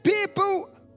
people